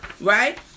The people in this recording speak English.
Right